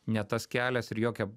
ne tas kelias ir jokia